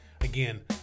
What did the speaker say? Again